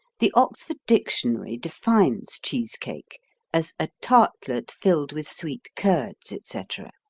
the oxford dictionary defines cheese cake as a tartlet filled with sweet curds, etc.